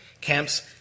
Camps